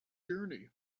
journey